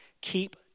keep